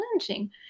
challenging